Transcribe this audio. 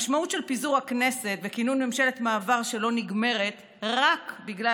המשמעות של פיזור הכנסת וכינון ממשלת מעבר שלא נגמרת רק בגלל